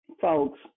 folks